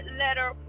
letter